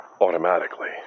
automatically